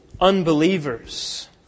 unbelievers